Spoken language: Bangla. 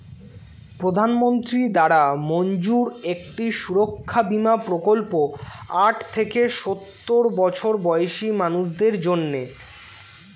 প্রধানমন্ত্রী দ্বারা মঞ্জুর একটি সুরক্ষা বীমা প্রকল্প আট থেকে সওর বছর বয়সী মানুষদের জন্যে